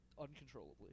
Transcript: uncontrollably